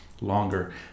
longer